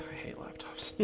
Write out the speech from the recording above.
hey laptops,